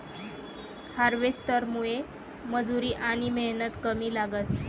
हार्वेस्टरमुये मजुरी आनी मेहनत कमी लागस